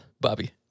Bobby